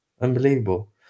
Unbelievable